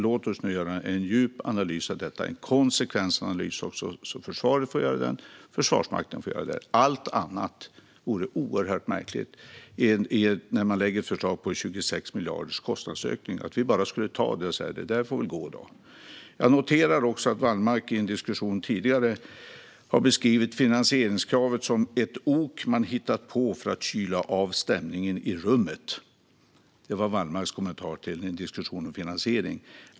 Låt oss nu göra en djup analys av detta, och så får Försvarsmakten göra en konsekvensanalys. Allt annat vore oerhört märkligt när man lägger ett förslag som innebär en kostnadsökning på 26 miljarder. Skulle vi bara ta det och säga att detta får gå? Jag noterar också att Wallmark i en diskussion tidigare har beskrivit finansieringskravet som "ett ok man hittat på för att kyla av stämningen i rummet". Det var Wallmarks kommentar till en diskussion om finansiering.